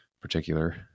particular